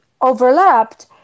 overlapped